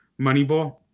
Moneyball